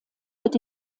wird